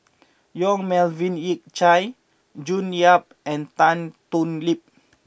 Yong Melvin Yik Chye June Yap and Tan Thoon Lip